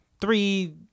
Three